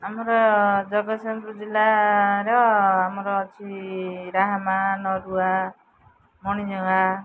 ଆମର ଜଗତସିଂହପୁର ଜିଲ୍ଲାର ଆମର ଅଛି ରାହାମା ନରୁଆ ମଣିଜଙ୍ଗା